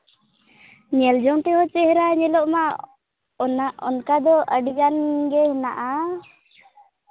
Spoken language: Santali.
ᱧᱮᱞ ᱡᱚᱝ ᱛᱮᱦᱚᱸ ᱪᱮᱦᱨᱟ ᱧᱮᱞᱚᱜ ᱢᱟ ᱚᱱᱟ ᱚᱱᱠᱟ ᱫᱚ ᱟᱹᱰᱤᱜᱟᱱ ᱜᱮ ᱦᱮᱱᱟᱜᱼᱟ